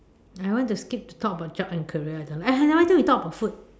I want to skip to talk about job and career I don't like ah why don't we talk about food